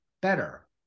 better